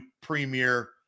premier